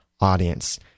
audience